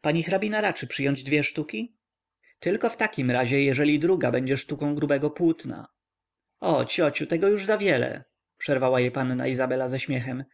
pani hrabina raczy przyjąć dwie sztuki tylko w takim razie jeżeli druga będzie sztuką grubego płótna o ciociu tego już zawiele przerwała jej panna izabela ze śmiechem